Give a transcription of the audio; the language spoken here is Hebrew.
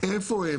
איפה הם,